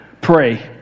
pray